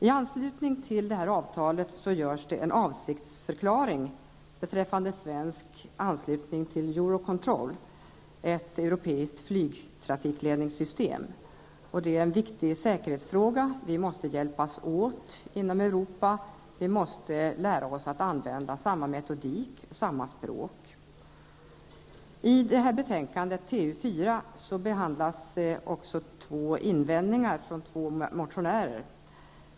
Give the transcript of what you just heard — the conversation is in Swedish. I anslutning till avtalet görs en avsiktsförklaring beträffande svensk anslutning till Eurocontrol, ett europeiskt flygtrafikledningssystem. Det är en viktig säkerhetsfråga. Vi måste hjälpas åt inom Europa. Vi måste lära oss att använda samma metodik och samma språk. I betänkandet TU4 behandlas också invändningar från två motionärer.